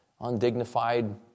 undignified